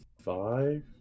five